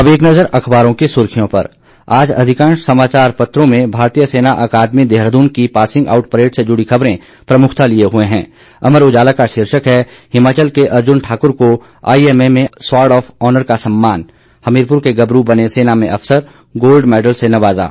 अब एक नजर अखबारों की सुर्खियों पर आज अधिकांश समाचार पत्रों में भारतीय सेना अकादमी देहरादून की पासिंग आउट परेड से जुड़ी खबरें प्रमुखता लिए हुए हैं अमर उजाला का शीर्षक है हिमाचल के अर्जुन ठाकुर को आईएमए में स्वार्ड ऑफ ऑनर का सम्मान हमीरपुर के गबरू बने सेना में अफसर गोल्ड मैडल से नवाज़ा